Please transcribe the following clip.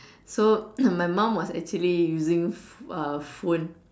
so my mom was actually using uh phone